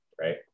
Right